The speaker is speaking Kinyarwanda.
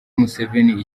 museveni